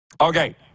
Okay